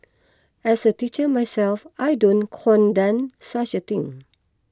as a teacher myself I don't condone such a thing